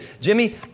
Jimmy